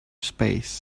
space